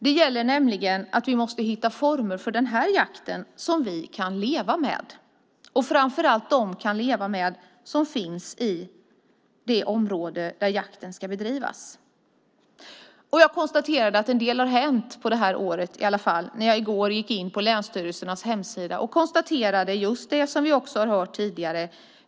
Det gäller nämligen att hitta former för den här jakten som vi kan leva med och, framför allt, som de kan leva med som finns i det område där jakten ska bedrivas. Jag konstaterade att en del hade hänt under året när jag i går gick in på länsstyrelsernas hemsida och fick se just det som vi hörde tidigare.